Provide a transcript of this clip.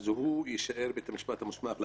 אז הוא יישאר בית המשפט המוסמך לעניין.